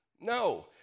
No